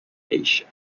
asia